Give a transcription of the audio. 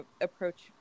approach